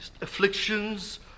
afflictions